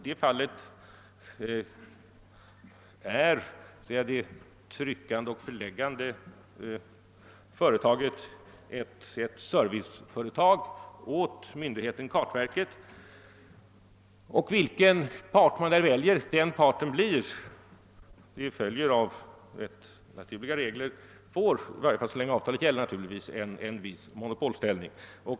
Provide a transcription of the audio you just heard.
Det tryckande och förläggande företaget är i detta fall ett serviceföretag åt myndigheten kartverket. Vilken partnern än blir får vederbörande helt naturligt så länge avtalet gäller en viss monopolställning.